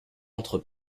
entre